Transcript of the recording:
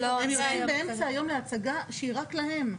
הם יוצאים באמצע היום להצגה שהיא רק להם,